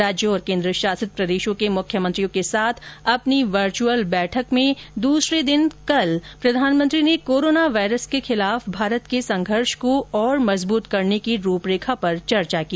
राज्यों और केन्द्र शासित प्रदेशों के मुख्यमंत्रियों के साथ अपनी वर्चुअल बैठक को दूसरे दिन कल प्रधानमंत्री ने कोरोना वायरस के खिलाफ भारत के संघर्ष को और मजबूत करने की रूपरेखा पर चर्चा की